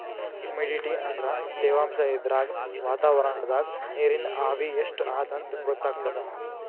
humidity ಅಂದ್ರ ತೆವಾಂಶ್ ಇದ್ರಾಗ್ ವಾತಾವರಣ್ದಾಗ್ ನೀರಿನ್ ಆವಿ ಎಷ್ಟ್ ಅದಾಂತ್ ಗೊತ್ತಾಗ್ತದ್